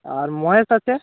আর মহেশ আছে